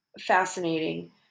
fascinating